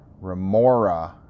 Remora